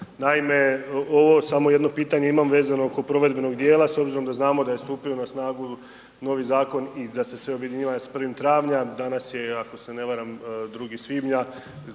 Naime, ovo samo jedno pitanje imam vezano oko provedbenog dijela, s obzirom da znamo da je stupio na snagu novi zakon i da se sve objedinjava s 1. travnja, danas je, ako se ne varam 2. svibnja,